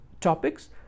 topics